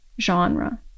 genre